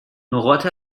نقاط